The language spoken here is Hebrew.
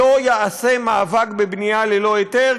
לא יעשה מאבק בבנייה ללא היתר,